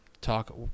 talk